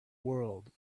world